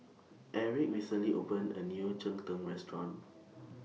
Aric recently opened A New Cheng Tng Restaurant